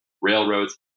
railroads